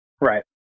Right